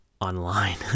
online